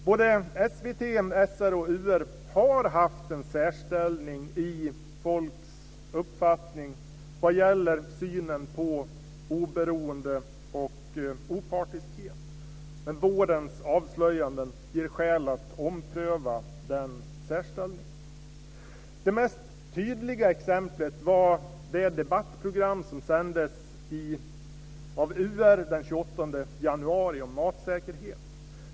Både SVT, SR och UR har haft en särställning i folks uppfattning vad gäller synen på oberoende och opartiskhet. Vårens avslöjanden ger skäl att ompröva den särställningen. Det mest tydliga exemplet var det debattprogram som sändes av UR den 28 januari om matsäkerhet.